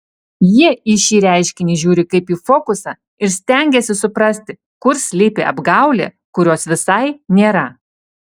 jie į šį reiškinį žiūri kaip į fokusą ir stengiasi suprasti kur slypi apgaulė kurios visai nėra